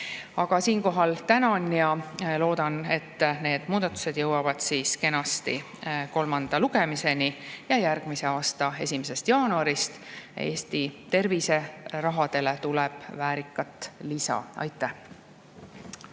Siinkohal tänan ja loodan, et need muudatused jõuavad kenasti kolmanda lugemiseni ja et järgmise aasta 1. jaanuarist Eesti terviserahale tuleb väärilist lisa. Aitäh!